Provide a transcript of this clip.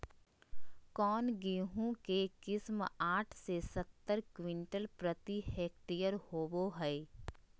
कौन गेंहू के किस्म साठ से सत्तर क्विंटल प्रति हेक्टेयर होबो हाय?